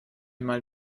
mal